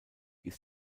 ist